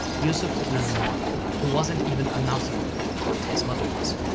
yusuf ibn al-mawl. he wasn't even a nasrid, but his mother was.